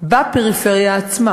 בפריפריה עצמה,